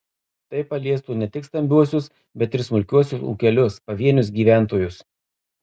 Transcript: tai paliestų ne tik stambiuosius bet ir smulkiuosius ūkelius pavienius gyventojus